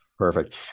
Perfect